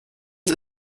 sie